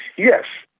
yes.